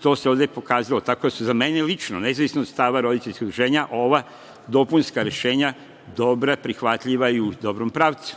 To se ovde pokazalo. Tako da su za mene lično, nezavisno od stava roditeljskih udruženja ova dopunska rešenja dobra, prihvatljiva i u dobrom pravcu.